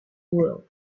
wool